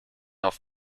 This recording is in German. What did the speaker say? auf